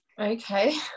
Okay